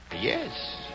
Yes